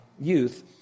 youth